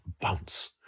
bounce